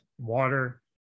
water